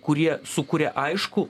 kurie sukuria aiškų